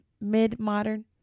mid-modern